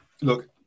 Look